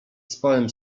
spałem